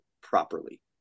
properly